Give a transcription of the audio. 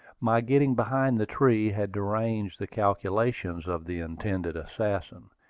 my getting behind the tree had deranged the calculations of the intended assassin.